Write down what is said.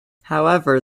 however